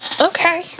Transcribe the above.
Okay